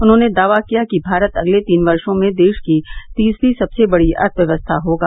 उन्होंने दावा किया भारत अगले तीन वर्षो में देश की तीसरी सबसे बड़ी अर्थव्यक्स्था होगा